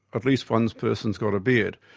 at least one person's got a beard.